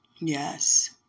Yes